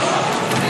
איפה הוא?